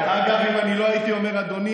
אם אני לא הייתי אומר "אדוני",